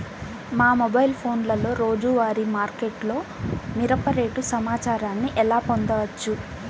మా మొబైల్ ఫోన్లలో రోజువారీ మార్కెట్లో మిరప రేటు సమాచారాన్ని ఎలా పొందవచ్చు?